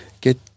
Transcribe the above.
get